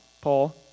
Paul